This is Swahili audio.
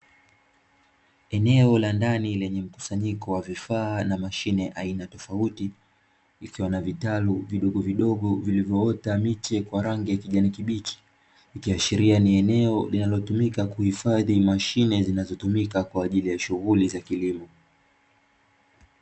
Eneo la ndani lenye mkusanyiko wa vifaa na mashine aina tofauti ikiwa na vitalu vidogo vidogo vilivyoota miche kwa rangi ya kijani kibichi ,ikihashiria ni eneo linalotumika kuhifadhi mashine zinazotumika kwaajili ya shunghuli za kilimo .